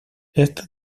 esto